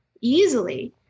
easily